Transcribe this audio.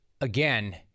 Again